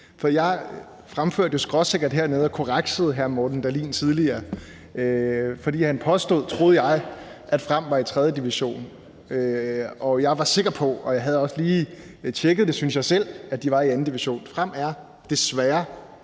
Jeg fremførte det jo skråsikkert hernede og korreksede hr. Morten Dahlin tidligere, fordi han påstod, troede jeg, at Boldklubben Frem var i 3. division. Jeg var sikker på, og jeg havde også lige tjekket det, synes jeg selv, at de var i 2. division. Frem er, desværre